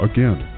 Again